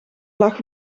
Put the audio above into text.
lag